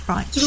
Right